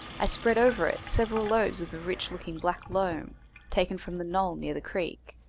i spread over it several loads of the rich-looking black loam taken from the knoll near the creek.